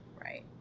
right